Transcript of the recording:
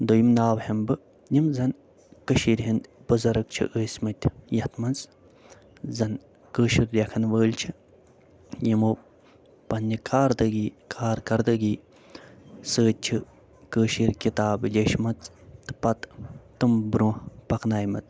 دۄیِم ناو ہیٚمہِ بہٕ یِم زن کٔشیٖرِ ہِنٛدۍ بُزرٕگ چھِ ٲسۍ مٕتۍ یَتھ منٛز زن کٲشُر لٮ۪کھن وٲلۍ چھِ یِمو پنٛنہِ گاردگی کار کردگی سۭتۍ چھِ کٲشِرۍ کِتاب لیٚچھمژٕ تہِ پتہٕ تِم برٛونٛہہ پکنایہِ مژ